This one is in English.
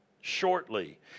shortly